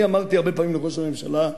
אני אמרתי הרבה פעמים לראש הממשלה,